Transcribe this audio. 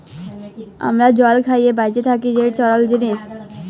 আমরা জল খাঁইয়ে বাঁইচে থ্যাকি যেট তরল জিলিস